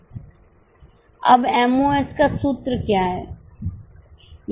अब M O S का सूत्र क्या है